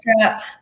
trap